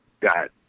got